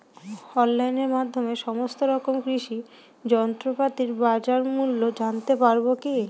অনলাইনের মাধ্যমে সমস্ত রকম কৃষি যন্ত্রপাতির বাজার মূল্য জানতে পারবো কি?